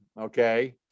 okay